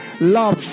love